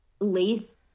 Lace